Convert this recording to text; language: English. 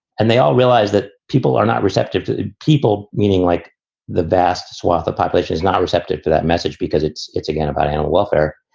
and they all realize that people are not receptive to people, meaning like the vast swath of population is not receptive to that message because it's it's again, about animal welfare.